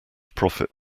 profit